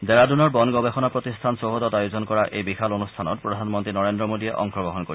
ডেহৰাডুনৰ বন গৱেষণা প্ৰতিষ্ঠান চৌহদত আয়োজন কৰা এই বিশাল অনুষ্ঠানত প্ৰধানমন্ত্ৰী নৰেন্দ্ৰ মোদীয়ে অংশগ্ৰহণ কৰিব